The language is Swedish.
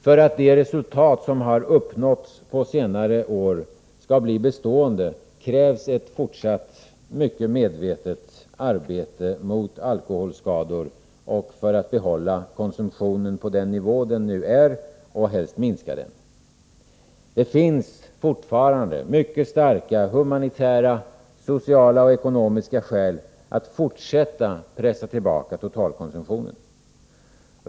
För att de resultat som uppnåtts under senare år skall bli bestående krävs ett fortsatt mycket medvetet arbete mot alkoholskador och för att behålla konsumtionen på nuvarande nivå eller helst minska den. Det finns fortfarande mycket starka humanitära, sociala och ekonomiska skäl för att fortsätta pressa tillbaka totalkonsumtionen.